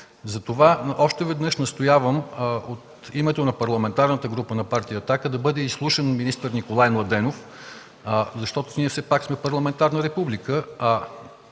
Затова още веднъж настоявам, от името на Парламентарната група на Партия „Атака”, да бъде изслушан министър Николай Младенов, защото ние все пак сме парламентарна република,